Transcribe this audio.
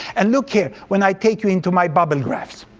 and look here when i take you into my bubble graphs.